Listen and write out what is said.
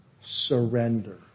surrender